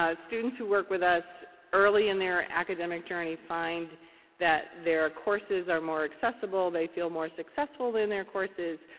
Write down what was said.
ah students who work with us early in their academic journey find that their courses are more accessible. they feel more successful in their courses.